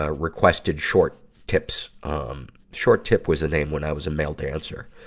ah requested short tips um short tip was a name when i was a male dancer